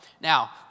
Now